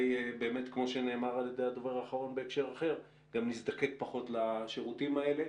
- כמו שנאמר על ידי הדובר האחרון בהקשר אחר - נזדקק פחות לשירותים האלה.